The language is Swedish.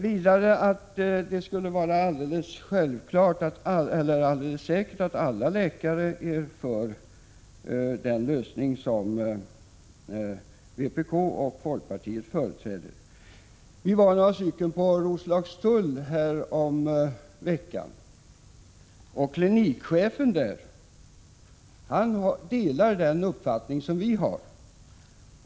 Vidare tolkade jag Daniel Tarschys så att alla läkare skulle vara för den lösning som vpk och folkpartiet företräder. Men jag vill då erinra om ett besök som jag gjorde vid Roslagstulls sjukhus häromveckan. Klinikchefen där delar den uppfattning vi har.